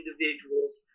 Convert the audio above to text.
individuals